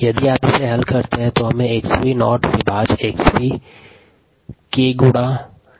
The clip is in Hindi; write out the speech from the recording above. dxvdt kdxv यदि इसे हल करते हैं तो In का 𝑥𝑣 शून्य बटा 𝑥𝑣 𝑘𝑑𝑡 के बराबर है